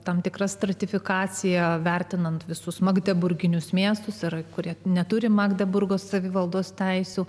tam tikrą stratifikaciją vertinant visus magdeburginius miestus ir kurie neturi magdeburgo savivaldos teisių